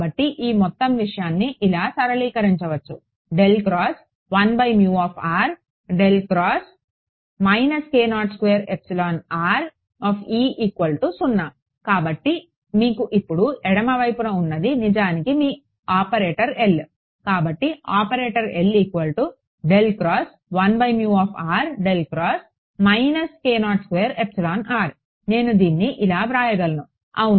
కాబట్టి ఈ మొత్తం విషయాన్ని ఇలా సరళీకరించవచ్చు కాబట్టి మీకు ఇప్పుడు ఎడమ వైపున ఉన్నది నిజానికి మీ ఆపరేటర్ L కాబట్టి ఆపరేటర్ నేను దీన్ని ఇలా వ్రాయగలను అవును